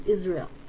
Israel